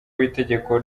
w‟itegeko